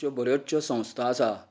ज्यो बऱ्योच ज्यो संस्था आसा